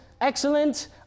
excellent